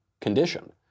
condition